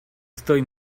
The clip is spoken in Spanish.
estoy